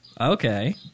Okay